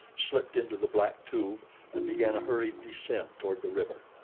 slipped into the black tube and began a hurried descent toward the river.